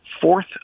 fourth